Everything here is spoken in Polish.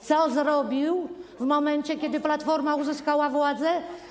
Co się stało w momencie, kiedy Platforma uzyskała władzę?